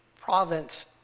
province